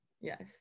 Yes